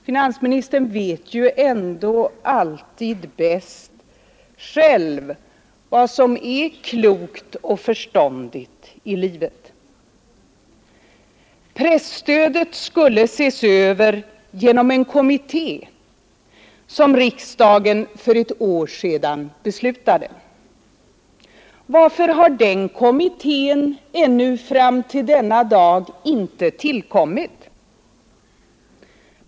Finansministern vet ju ändå alltid bäst själv vad som är klokt och förståndigt i livet. Presstödet skulle ses över genom en kommitté som riksdagen för ett år sedan beslutade. Varför har den kommittén ännu fram till denna dag inte tillkommit?